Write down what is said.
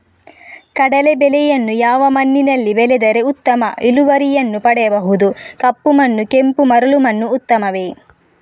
ಕಡಲೇ ಬೆಳೆಯನ್ನು ಯಾವ ಮಣ್ಣಿನಲ್ಲಿ ಬೆಳೆದರೆ ಉತ್ತಮ ಇಳುವರಿಯನ್ನು ಪಡೆಯಬಹುದು? ಕಪ್ಪು ಮಣ್ಣು ಕೆಂಪು ಮರಳು ಮಣ್ಣು ಉತ್ತಮವೇ?